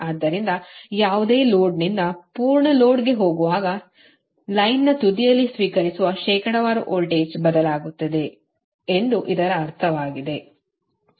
ಆದ್ದರಿಂದ ಯಾವುದೇ ಲೋಡ್ನಿಂದ ಪೂರ್ಣ ಲೋಡ್ಗೆ ಹೋಗುವಾಗ ಸಾಲಿನ ತುದಿಯಲ್ಲಿ ಸ್ವೀಕರಿಸುವ ಶೇಕಡಾವಾರು ವೋಲ್ಟೇಜ್ ಬದಲಾಗುತ್ತದೆ ಎಂದು ಇದರ ಅರ್ಥವಾಗಿದೆ